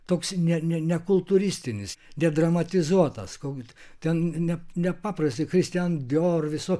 toks ne ne kultūristinis nedramatizuota skaud ten ne nepaprastai christian dior viso